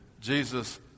Jesus